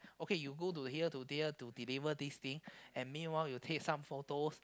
okay you go to here to here to deliver this thing and meanwhile you take some photos